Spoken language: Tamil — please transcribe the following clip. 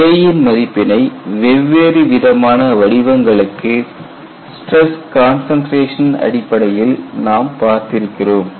K யின் மதிப்பினை வெவ்வேறு விதமான வடிவங்களுக்கு ஸ்டிரஸ் கன்சன்ட்ரேஷன் அடிப்படையில் நாம் பார்த்திருக்கிறோம்